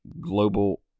global